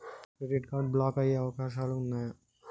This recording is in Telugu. క్రెడిట్ కార్డ్ బ్లాక్ అయ్యే అవకాశాలు ఉన్నయా?